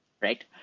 right